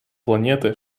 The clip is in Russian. планеты